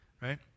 right